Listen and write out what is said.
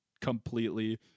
completely